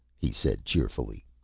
he said cheerfully.